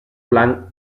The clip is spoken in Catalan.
blanc